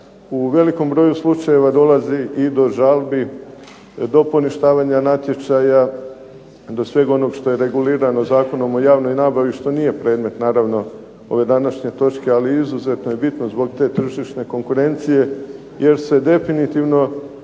u velikom broju slučajeva dolazi i do žalbi, do poništavanja natječaja, do svega onoga što je regulirano Zakonom o javnoj nabavi što nije predmet ove današnje točke, ali izuzetno je bitno zbog te tržišne konkurencije. Jer se definitivno